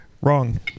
Wrong